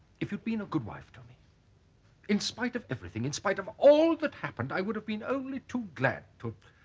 if you've been a good wife to me in spite of everything in spite of all but happened i would have been only too glad to